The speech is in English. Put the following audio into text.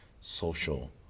social